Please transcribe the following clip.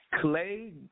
clay